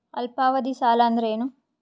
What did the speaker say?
ಅಲ್ಪಾವಧಿ ಸಾಲ ಅಂದ್ರ ಏನು?